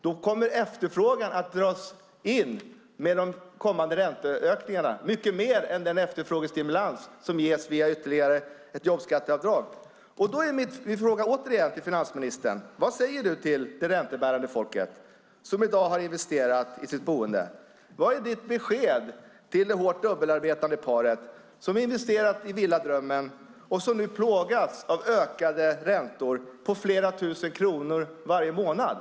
Då kommer efterfrågan att dras in, i och med de kommande ränteökningarna, mycket mer än den efterfrågestimulans som ges via ytterligare ett jobbskatteavdrag. Då är min fråga återigen till finansministern: Vad säger du till det räntebärande folket, som i dag har investerat i sitt boende? Vad är ditt besked till det hårt dubbelarbetande paret, som investerat i villadrömmen och som nu plågas av ökade räntor på flera tusen kronor varje månad?